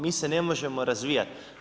Mi se ne možemo razvijati.